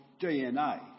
DNA